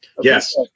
Yes